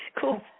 Cool